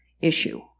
issue